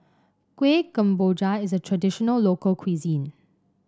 Kuih Kemboja is a traditional local cuisine